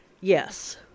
yes